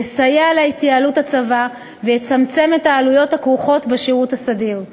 יסייע להתייעלות הצבא ויצמצם את העלויות הכרוכות בשירות הסדיר,